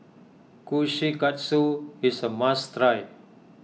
Kushikatsu is a must try